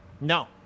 No